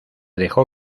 dejó